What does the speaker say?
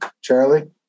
Charlie